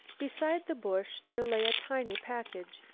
beside the bush there lay a tiny package.